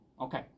Okay